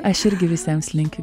aš irgi visiems linkiu